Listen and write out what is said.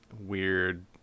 weird